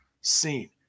seen